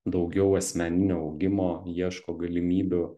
daugiau asmeninio augimo ieško galimybių